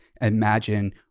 imagine